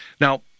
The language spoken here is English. Now